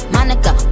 Monica